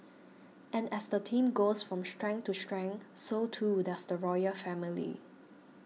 and as the team goes from strength to strength so too does the royal family